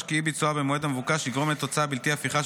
כי אי-ביצועה במועד המבוקש יגרום לתוצאה בלתי הפיכה,